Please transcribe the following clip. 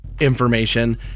information